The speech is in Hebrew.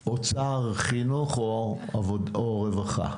אוצר, חינוך, או רווחה?